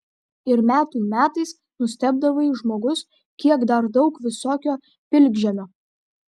ir metų metais nustebdavai žmogus kiek dar daug visokio pilkžemio